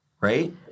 right